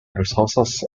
resources